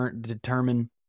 determine